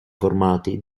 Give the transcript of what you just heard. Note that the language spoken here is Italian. formati